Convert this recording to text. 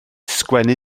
sgwennu